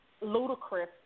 ludicrous